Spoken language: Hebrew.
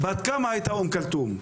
בת כמה הייתה אום כולתום?